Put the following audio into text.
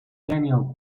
daniel